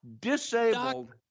disabled